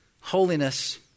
holiness